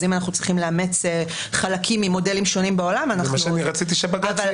אז אם אנחנו צריכים לאמץ חלקים ממודלים שונים בעולם אנחנו נעשה את זה.